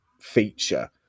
feature